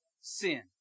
sin